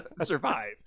survived